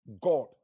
God